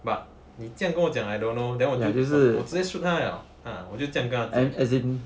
but 你这样跟我讲 I don't know then 我直接 shoot 她 liao ah 我就这样跟他讲